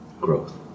growth